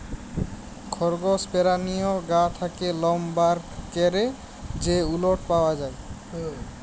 খরগস পেরানীর গা থ্যাকে লম বার ক্যরে যে উলট পাওয়া যায়